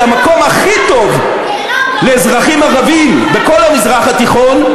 המקום הכי טוב לאזרחים ערבים בכל המזרח התיכון,